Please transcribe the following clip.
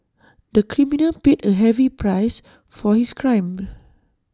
the criminal paid A heavy price for his crime